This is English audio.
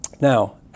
Now